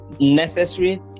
necessary